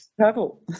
travel